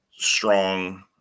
strong